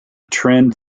trend